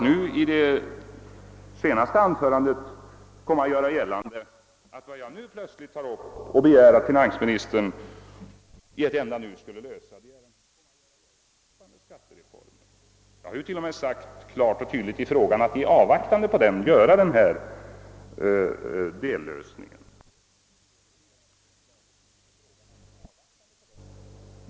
I sitt senaste anförande ville finansministern göra gällande att jag plötsligt begär att finansministern på en enda gång skulle åstadkomma den stora genomgripande skattereformen. Jag har ju klart och tydligt föreslagit en dellösning i avvaktan på den stora reformen.